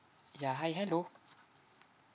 ya hi hello